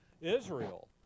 Israel